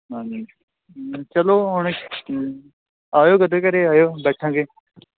ਹਾਂਜੀ ਚਲੋ ਹੁਣ ਆਇਓ ਕਦੇ ਘਰ ਆਇਓ ਬੈਠਾਂਗੇ